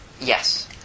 Yes